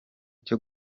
cyo